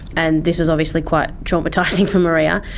and this was obviously quite traumatising for maria,